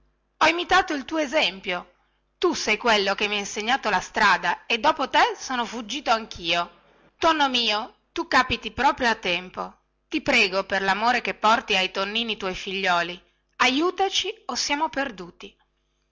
ho imitato il tuo esempio tu sei quello che mi hai insegnato la strada e dopo te sono fuggito anchio tonno mio tu càpiti proprio a tempo ti prego per lamor che porti ai tonnini tuoi figliuoli aiutaci o siamo perduti